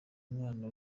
mwana